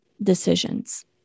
decisions